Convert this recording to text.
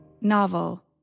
Novel